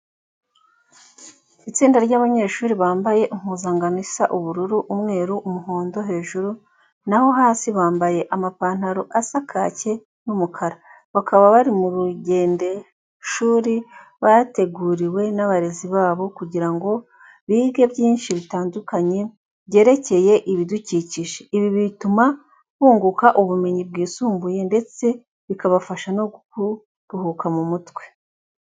Itsinda ry'abanyeshuru bambaye umpuzankano isa ubururu, umweru, umuhondo hejuru naho hasi bambaye amapantaro asa kake n'umukara. Bakaba bari mu rugendishuri bateguriwe n'abarezi babo kugira ngo bige byinshi bitandkanye byerekeye ibidukikije. Ibi bituma bunguka ubumenyi bwisumbuyeho, ndeste bikabafasha no kuruhuka mu mutwe.